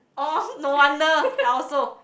oh no wonder I also